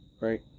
right